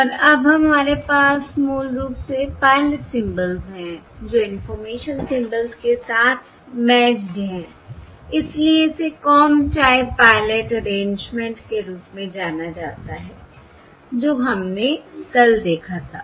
और अब हमारे पास मूल रूप से पायलट सिंबल्स हैं जो इंफॉर्मेशन सिंबल्स के साथ मैश्ड हैं इसलिए इसे कॉम टाइप पायलट अरेंजमेंट के रूप में जाना जाता है जो हमने कल देखा था